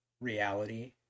reality